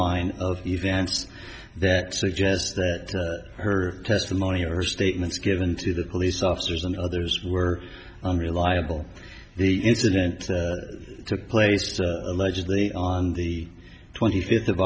line of events that suggests that her testimony her statements given to the police officers and others were unreliable the incident took place to allegedly on the twenty fifth of